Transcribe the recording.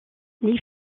les